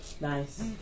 Nice